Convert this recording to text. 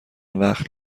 وقت